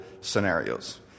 scenarios